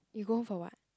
you go home for [what]